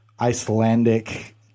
Icelandic